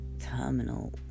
terminal